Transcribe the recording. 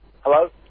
Hello